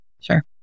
Sure